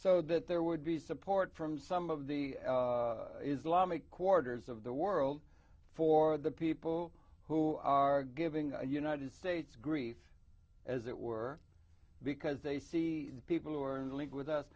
so that there would be support from some of the islamic quarters of the world for the people who are giving united states grief as it were because they see people who are in league with us